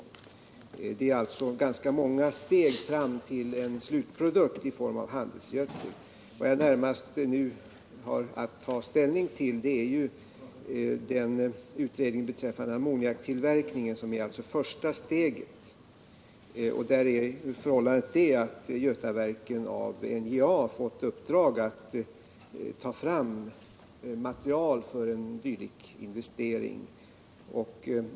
Det är alltså ganska många steg fram till en slutprodukt i form av handelsgödsel. Vad jag närmast har att ta ställning till är den utredning beträffande ammoniaktillverkningen som är första steget. Där är förhållandet det att Götaverken av NJA fått uppdraget att ta fram material för en dylik investering.